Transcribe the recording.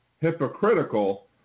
hypocritical